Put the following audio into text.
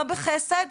לא בחסד,